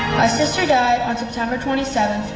my sister died on december twenty seven,